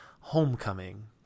Homecoming